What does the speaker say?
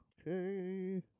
Okay